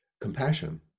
compassion